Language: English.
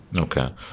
Okay